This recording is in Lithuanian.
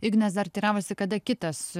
ignas dar teiravosi kada kitas